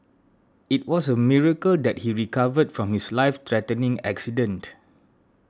it was a miracle that he recovered from his life threatening accident